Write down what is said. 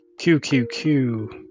QQQ